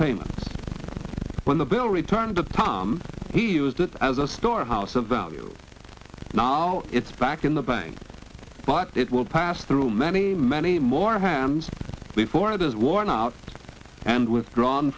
payment when the bill returned to tom he used it as a storehouse of value now it's back in the bank but it will pass through many many more hands before it is worn out and withdrawn